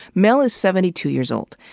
mel is seventy two years old.